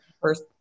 first